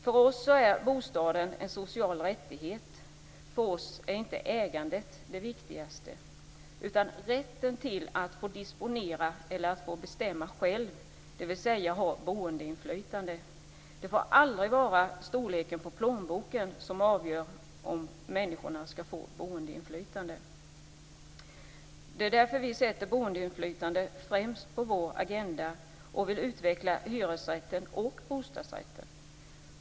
För oss är bostaden en social rättighet. För oss är inte ägandet det viktigaste utan rätten att få disponera eller bestämma själv, dvs. ha boendeinflytande. Det får aldrig vara storleken på plånboken som avgör om människor får boendeinflytande. Det är därför vi sätter boendeinflytande främst på vår agenda och vill utveckla hyresrätten och bostadsrätten.